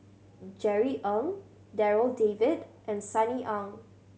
Jerry Ng Darryl David and Sunny Ang